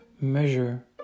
measure